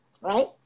right